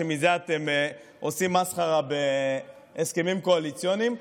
שמזה אתם עושים מסחרה בהסכמים קואליציוניים.